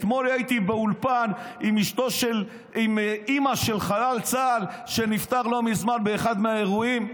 אתמול הייתי באולפן עם אימא של חייל צה"ל שנפטר לא מזמן באחד מהאירועים.